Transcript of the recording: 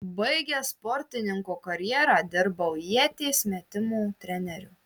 baigęs sportininko karjerą dirbau ieties metimo treneriu